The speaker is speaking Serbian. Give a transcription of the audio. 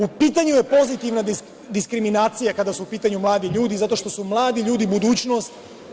U pitanju je pozitivna diskriminacija, kada su u pitanju mladi ljudi zato što su mladi ljudi budućnost.